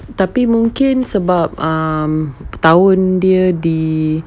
tapi mungkinnya sebab tahun dia di